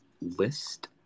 list